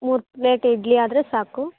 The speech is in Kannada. ಮೂರು ಪ್ಲೇಟ್ ಇಡ್ಲಿ ಆದರೆ ಸಾಕು